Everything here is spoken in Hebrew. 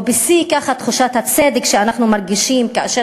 או בשיא תחושת הצדק שאנחנו מרגישים כאשר